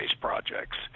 projects